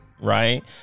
right